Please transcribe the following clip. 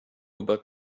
about